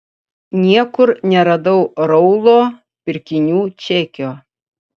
niekur neradau raulo pirkinių čekio